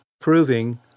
proving